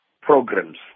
programs